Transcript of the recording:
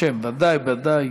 בשם, ודאי, ודאי,